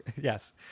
Yes